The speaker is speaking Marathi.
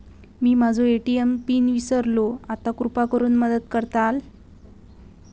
मी माझो ए.टी.एम पिन इसरलो आसा कृपा करुन मदत करताल